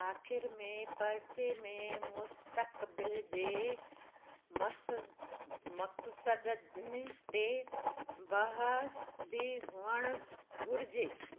आख़िर में पर्चे में मुस्तकबिल जे मस मक़सदनि ते बहस बि हुअणु घुरिजे